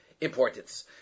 importance